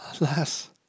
Alas